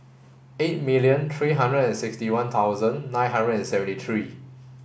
eight million three hundred and sixty one thousand nine hundred and seventy three